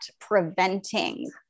preventing